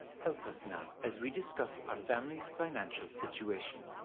help us now as we discuss our family financial situation.